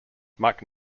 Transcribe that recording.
mike